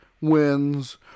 wins